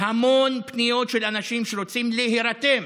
המון פניות של אנשים שרוצים להירתם